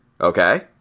Okay